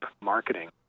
marketing